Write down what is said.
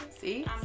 see